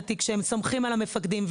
הם סומכים על המפקדים,